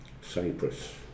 Cyprus